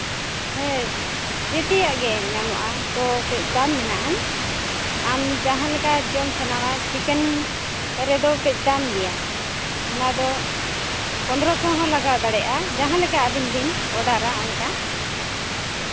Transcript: ᱦᱮᱸ ᱡᱚᱛᱚᱭᱟᱜ ᱜᱮ ᱧᱟᱢᱚᱜᱼᱟ ᱛᱚ ᱠᱟᱺᱪ ᱫᱟᱢ ᱢᱮᱱᱟᱜᱼᱟᱱ ᱟᱢ ᱡᱟᱦᱟᱸᱞᱮᱠᱟ ᱡᱚᱢ ᱥᱟᱱᱟᱢᱟ ᱪᱤᱠᱮᱱ ᱨᱮᱫᱚ ᱠᱟᱺᱪ ᱫᱟᱢ ᱜᱮᱭᱟ ᱚᱱᱟ ᱫᱚ ᱯᱚᱸᱫᱽᱨᱚ ᱥᱚ ᱦᱚᱸ ᱞᱟᱜᱟᱣ ᱫᱟᱲᱮᱭᱟᱜᱼᱟ ᱡᱟᱦᱟᱸᱞᱮᱠᱟ ᱟᱵᱤᱱ ᱵᱤᱱ ᱚᱰᱟᱨᱟ ᱚᱱᱠᱟ